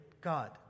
God